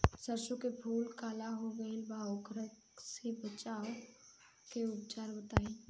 सरसों के फूल काला हो गएल बा वोकरा से बचाव के उपाय बताई?